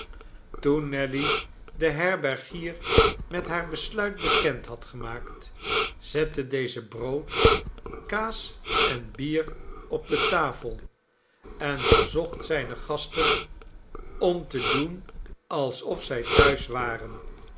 toen nelly den herbergier met haar besluit bekend had gemaakt zette deze brood kaas en bier op de tafel en verzocht zijne gasten om te doen alsof zij thuis waren